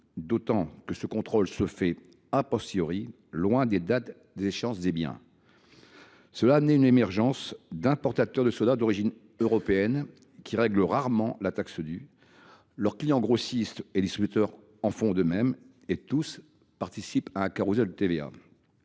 d’autant que ce contrôle se fait, loin des dates des échanges de biens. Cela a amené l’émergence d’importateurs de sodas d’origine européenne qui règlent rarement la taxe due. Leurs clients, grossistes et distributeurs font de même, et tous participent à un carrousel de TVA,